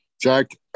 Jack